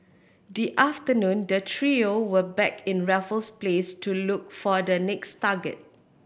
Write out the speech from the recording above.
the afternoon the trio were back in Raffles Place to look for the next target